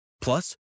Plus